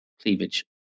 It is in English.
cleavage